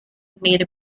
made